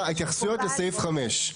התייחסויות לסעיף (5),